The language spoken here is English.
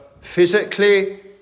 physically